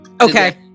Okay